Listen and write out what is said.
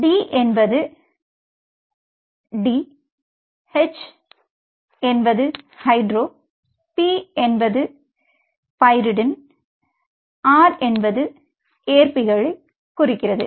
டிD என்பது di H H என்பது hydro P P என்பது பைரிடினைக் குறிக்கிறது ஆர் R என்பது ஏற்பிகளைக் குறிக்கிறது